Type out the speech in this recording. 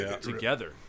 together